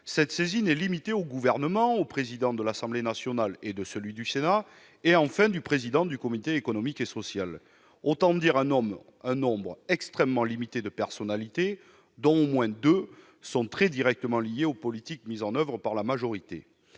celle-ci est limitée au Gouvernement, au président de l'Assemblée nationale, à celui du Sénat, et au président du Comité économique, social et environnemental. Autant dire qu'il s'agit d'un nombre extrêmement limité de personnalités, dont au moins deux sont très directement liées aux politiques mises en oeuvre par la majorité.